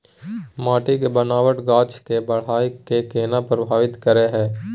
माटी के बनावट गाछ के बाइढ़ के केना प्रभावित करय हय?